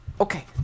okay